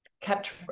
kept